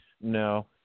No